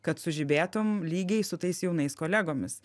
kad sužibėtum lygiai su tais jaunais kolegomis